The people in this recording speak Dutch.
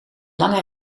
lange